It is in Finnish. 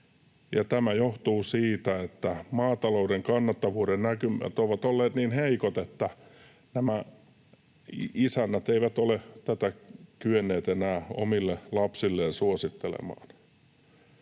tämä johtuu siitä, että maatalouden kannattavuuden näkymät ovat olleet niin heikot, että nämä isännät eivät ole tätä kyenneet enää omille lapsilleen suosittelemaan.